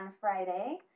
Friday